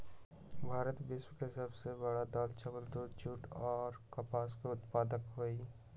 भारत विश्व के सब से बड़ दाल, चावल, दूध, जुट आ कपास के उत्पादक हई